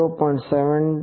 750